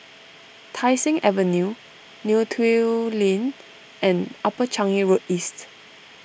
Tai Seng Avenue Neo Tiew Lane and Upper Changi Road East